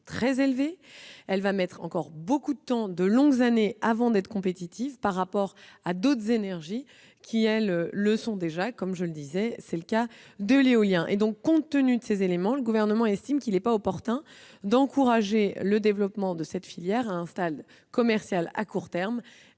très élevés. Elle va mettre encore de longues années avant d'être compétitive par rapport à d'autres énergies qui, elles, le sont déjà, comme l'éolien. Compte tenu de ces éléments, le Gouvernement estime qu'il n'est pas opportun d'encourager le développement de cette filière à un stade commercial à court terme